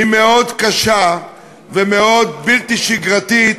היא מאוד קשה ומאוד בלתי שגרתית